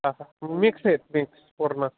हा हां मिक्स आहेत मिक्स पूर्ण